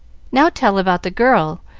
now tell about the girl.